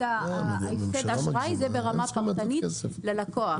הפסד האשראי, למשל, זה ברמה פרטנית ללקוח.